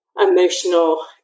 emotional